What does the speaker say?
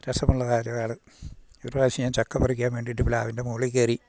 രസമുള്ള കാര്യമാണ് ഒരു പ്രാവശ്യം ഞാൻ ചക്ക പറിക്കാൻ വേണ്ടിയിട്ട് പ്ലാവിൻറ്റ മുകളിൽ കയറി